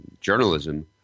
journalism